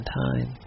time